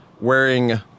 Wearing